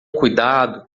cuidado